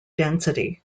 density